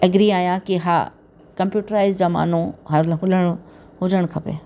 agri आहियां की हा कंप्यूटराइस ज़मानो हलण हुलण हुजणु खपे